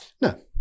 No